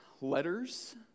letters